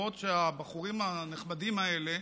הן רואות שהבחורים הנחמדים האלה,